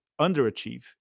underachieve